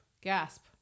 Gasp